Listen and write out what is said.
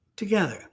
together